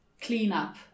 cleanup